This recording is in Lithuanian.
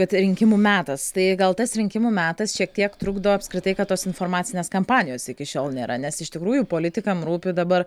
kad rinkimų metas tai gal tas rinkimų metas šiek tiek trukdo apskritai kad tos informacinės kampanijos iki šiol nėra nes iš tikrųjų politikam rūpi dabar